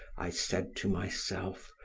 i said to myself,